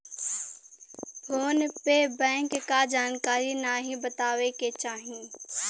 phone पे bank क जानकारी नाहीं बतावे के चाही